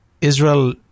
Israel